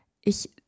ich